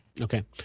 Okay